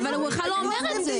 הוא בכלל לא אומר את זה.